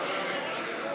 אפשר להעביר לשבוע הבא.